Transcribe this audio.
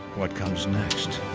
what comes next